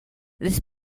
this